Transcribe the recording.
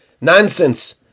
nonsense